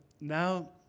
Now